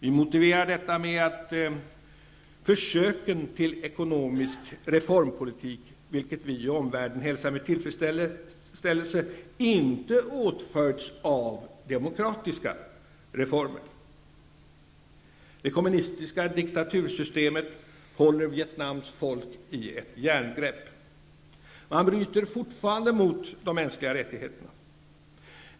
Vi motiverar detta med att försöken till ekonomisk reformpolitik, vilka vi i omvärlden hälsar med tillfredsställelse, inte åtföljts av demokratiska reformer. Det kommunistiska diktatursystemet håller Vietnams folk i ett järngrepp. Man bryter fortfarande mot de mänskliga rättigheterna.